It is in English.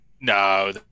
No